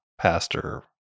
pastor